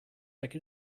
like